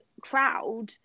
crowd